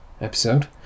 episode